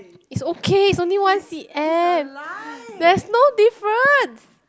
it's ok it's only one C_M there's no difference